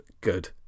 good